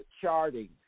charting